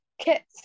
kits